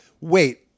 Wait